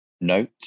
note